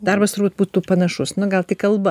darbas turbūt būtų panašus nu gal tik kalba